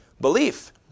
belief